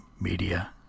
Media